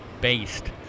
based